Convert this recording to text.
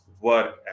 work